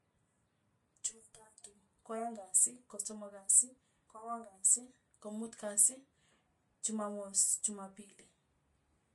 Chumatatu, kwaeng' kasi, kosomok kasi, kwang'wan kasi, komut kasi, chumamos, chuma pili.